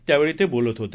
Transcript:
त्यावेळी ते बोलत होते